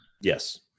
Yes